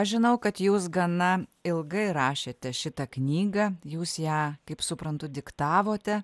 aš žinau kad jūs gana ilgai rašėte šitą knygą jūs ją kaip suprantu diktavote